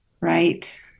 Right